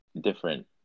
different